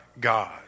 God